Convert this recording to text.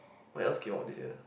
what else came out this year